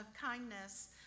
kindness